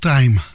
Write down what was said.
Time